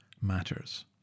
matters